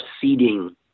seeding